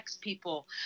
people